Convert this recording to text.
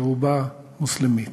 שרובה מוסלמית.